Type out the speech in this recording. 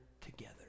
together